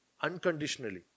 unconditionally